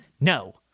No